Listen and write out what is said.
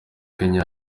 kenya